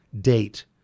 date